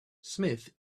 smith